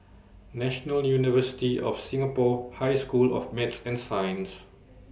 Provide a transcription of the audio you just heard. National University of Singapore High School of Math and Science